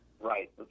Right